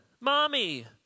mommy